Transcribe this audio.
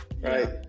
Right